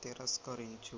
తిరస్కరించు